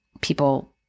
people